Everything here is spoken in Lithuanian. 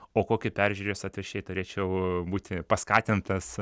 o kokį peržiūrėjus atvirkščiai turėčiau būti paskatintas